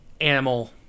animal